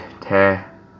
tear